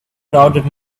crowded